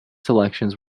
selections